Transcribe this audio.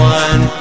one